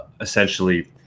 essentially